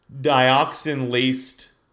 dioxin-laced